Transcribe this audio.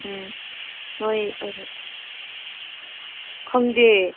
ꯎꯝ ꯅꯣꯏ ꯈꯪꯗꯦ